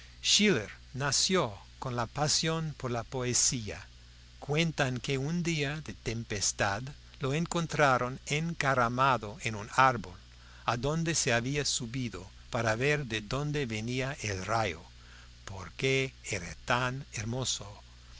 schiller nació con la pasión por la poesía cuentan que un día de tempestad lo encontraron encaramado en un árbol adonde se había subido para ver de dónde venia el rayo porque era tan hermoso